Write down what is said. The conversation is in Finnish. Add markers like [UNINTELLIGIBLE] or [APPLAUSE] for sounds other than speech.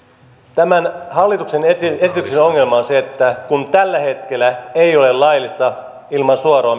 tämän hallituksen esityksen ongelma on se että kun tällä hetkellä ei ole laillista ilman suoraa [UNINTELLIGIBLE]